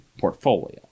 portfolio